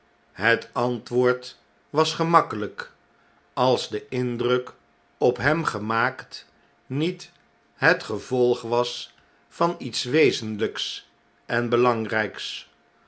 het antwoord was gemakkelyk als de indruk op hem gemaakt niet het gevolg was van iets wezenlijks en belangryks